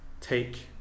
take